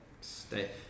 stay